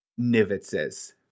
nivitzes